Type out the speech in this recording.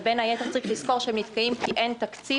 ובין היתר צריך לזכור שהם נתקעים כי אין תקציב.